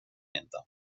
inte